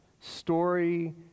story